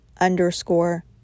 underscore